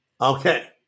Okay